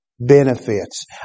benefits